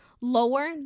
lower